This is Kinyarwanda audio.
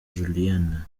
julienne